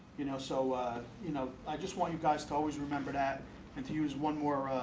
you know so you know, i just want you guys to always remember that and to use one more,